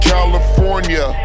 California